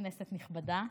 כנסת נכבדה,